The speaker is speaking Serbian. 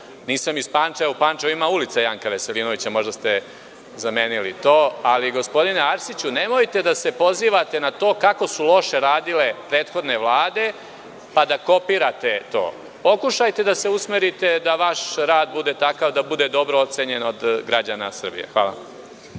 nisam iz Pančeva. U Pančevu ima ulica Janka Veselinovića, možda ste zamenili to. Gospodine Arsiću, nemojte da se pozivate na to kako su loše radile prethodne vlade, pa da kopirate to. Pokušajte da se usmerite da vaš rad bude takav da bude dobro ocenjen od građana Srbije. Hvala.